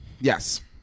Yes